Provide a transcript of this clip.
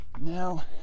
Now